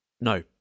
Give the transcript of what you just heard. No